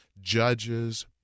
judges